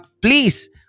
please